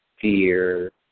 fear